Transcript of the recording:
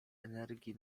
energii